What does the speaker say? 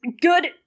Good